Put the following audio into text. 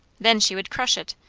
then she would crush it!